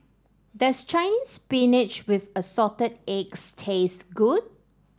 does Chinese Spinach with Assorted Eggs taste good